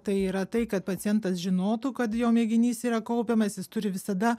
tai yra tai kad pacientas žinotų kad jo mėginys yra kaupiamas jis turi visada